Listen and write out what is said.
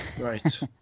Right